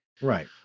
Right